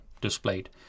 displayed